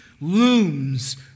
looms